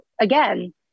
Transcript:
again